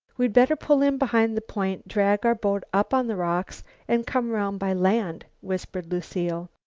we'd better pull in behind the point, drag our boat up on the rocks and come round by land, whispered lucile.